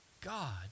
God